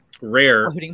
rare